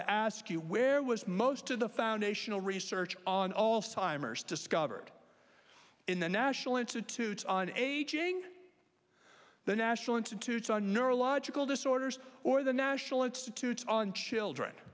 to ask you where was most of the foundational research on all the time are discovered in the national institute on aging the national institute on neurological disorders or the national institute on children